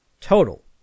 Total